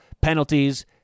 penalties